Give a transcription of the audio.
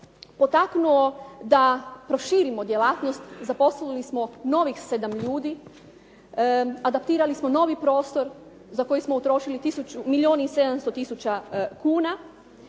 potaknuo da proširimo djelatnost. Zaposlili smo novih 7 ljudi, adaptirali smo novi prostor za koji smo utrošili milijun i 700 tisuća kuna,